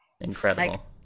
incredible